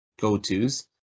go-to's